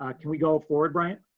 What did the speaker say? ah can we go forward, bryant.